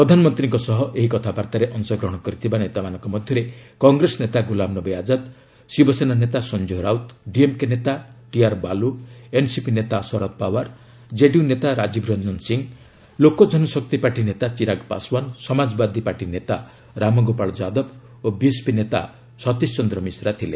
ପ୍ରଧାନମନ୍ତ୍ରୀଙ୍କ ସହ ଏହି କଥାବାର୍ତ୍ତାରେ ଅଂଶଗ୍ରହଣ କରିଥିବା ନେତାମାନଙ୍କ ମଧ୍ୟରେ କଂଗ୍ରେସ ନେତା ଗୁଲାମନବୀ ଆଜାଦ ଶିବସେନା ନେତା ସଂଜୟ ରାଉତ ଡିଏମ୍କେ ନେତା ଟିଆର୍ ବାଲୁ ଏନ୍ସିପି ନେତା ଶରଦ ପାୱାର ଜେଡିୟୁ ନେତା ରାଜୀବ ରଞ୍ଜନ ସିଂହ ଲୋକଜନଶକ୍ତି ପାର୍ଟି ନେତା ଚିରାଗ ପାଶୱାନ ସମାଜବାଦୀ ପାର୍ଟି ନେତା ରାମଗୋପାଳ ଯାଦବ ଓ ବିଏସ୍ପି ନେତା ଶତୀଶ ଚନ୍ଦ୍ର ମିଶ୍ରା ଥିଲେ